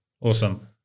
awesome